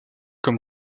comme